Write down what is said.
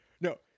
No